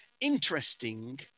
interesting